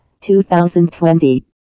2020